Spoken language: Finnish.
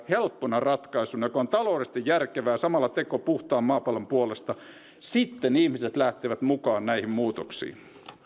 helppona ratkaisuna joka on taloudellisesti järkevä ja samalla teko puhtaan maapallon puolesta sitten ihmiset lähtevät mukaan näihin muutoksiin